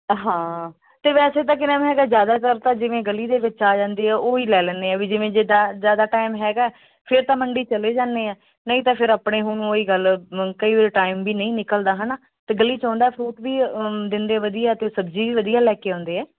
ਹਾਂ ਅਤੇ ਵੈਸੇ ਤਾਂ ਕੀ ਨਾਮ ਹੈਗਾ ਜ਼ਿਆਦਾਤਰ ਤਾਂ ਜਿਵੇਂ ਗਲੀ ਦੇ ਵਿੱਚ ਆ ਜਾਂਦੀ ਆ ਉਹੀ ਲੈ ਲੈਂਦੇ ਹਾਂ ਵੀ ਜਿਵੇਂ ਜਿ ਜ਼ਿਆਦਾ ਟਾਈਮ ਹੈਗਾ ਫੇਰ ਤਾਂ ਮੰਡੀ ਚਲੇ ਜਾਂਦੇ ਹਾਂ ਨਹੀਂ ਤਾਂ ਫਿਰ ਆਪਣੇ ਹੁਣ ਉਹੀ ਗੱਲ ਕਈ ਵਾਰੀ ਟਾਈਮ ਵੀ ਨਹੀਂ ਨਿਕਲਦਾ ਹੈ ਨਾ ਅਤੇ ਗਲੀ 'ਚ ਆਉਂਦਾ ਫਰੂਟ ਵੀ ਦਿੰਦੇ ਵਧੀਆ ਅਤੇ ਸਬਜ਼ੀ ਵੀ ਵਧੀਆ ਲੈ ਕੇ ਆਉਂਦੇ ਹੈ